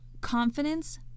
confidence